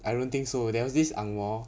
I don't think so there was this ang moh